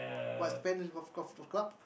what's plan do you club